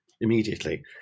immediately